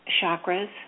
chakras